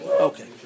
Okay